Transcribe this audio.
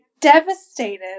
devastated